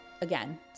again